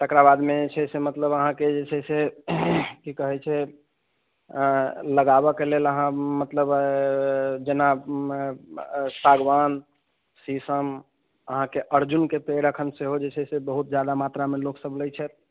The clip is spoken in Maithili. तेकरा बादमे जे छै से मतलब अहाँके जे छै से की कहैत छै लगाबऽ के लेल अहाँ मतलब जेना सागवान शीशम अहाँके अर्जुनके पेड़ अखन सेहो जे छै से बहुत जादा मात्रामे लोक सब लै छथि